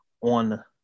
on